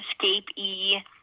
escapee